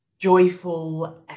joyful